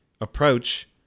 approach